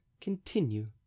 continue